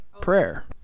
prayer